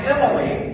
Emily